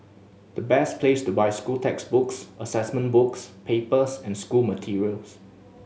the best place to buy school textbooks assessment books papers and school materials